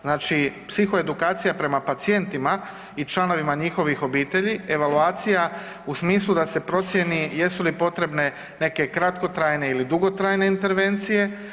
Znači psihoedukacija prema pacijentima i članovima njihovih obitelji, evaluacija u smislu da se procijeni jesu li potrebne neke kratkotrajne ili dugotrajne intervencije.